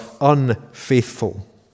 unfaithful